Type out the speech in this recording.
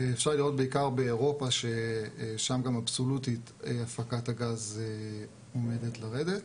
אפשר לראות בעיקר באירופה ששם גם אבסולוטית הפקת הגז מיועדת לרדת,